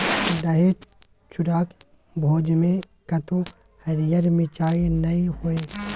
दही चूड़ाक भोजमे कतहु हरियर मिरचाइ नै होए